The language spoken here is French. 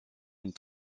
une